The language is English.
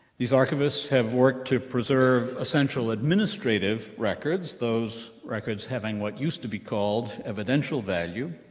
these archivists have worked to preserve essential administrative records, those records having what used to be called evidential value.